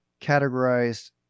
categorized